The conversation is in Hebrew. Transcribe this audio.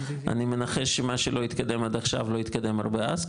אני מנחש שמה שלא יתקדם עד עכשיו לא יתקדם הרבה אז,